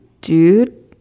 dude